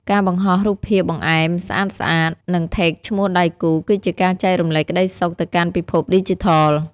ការបង្ហោះរូបភាពបង្អែមស្អាតៗ និង Tag ឈ្មោះដៃគូ គឺជាការចែករំលែកក្តីសុខទៅកាន់ពិភពឌីជីថល។